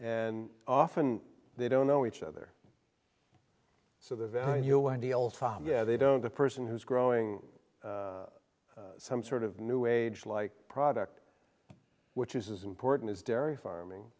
and often they don't know each other so the value ideals they don't the person who's growing some sort of new age like product which is as important as dairy farming